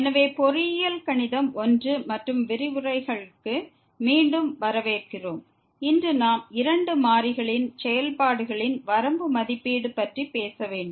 எனவே பொறியியல் கணிதம் 1 மற்றும் விரிவுரைகளுக்கு மீண்டும் வரவேற்கிறோம் இன்று நாம் இரண்டு மாறிகளின் செயல்பாடுகளின் வரம்பு மதிப்பீடு பற்றி பேச வேண்டும்